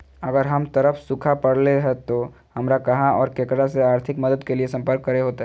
अगर हमर तरफ सुखा परले है तो, हमरा कहा और ककरा से आर्थिक मदद के लिए सम्पर्क करे होतय?